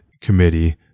committee